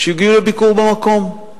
שהגיעו לביקור במקום.